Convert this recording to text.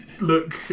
look